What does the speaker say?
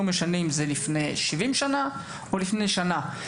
לא משנה אם זה לפני 70 שנה או לפני שנה.